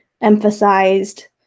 emphasized